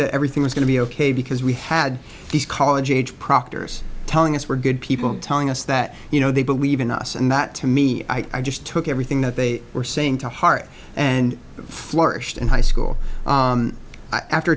that everything was going to be ok because we had these college age proctors telling us we're good people telling us that you know they believe in us and that to me i just took everything that they were saying to heart and flourished in high school after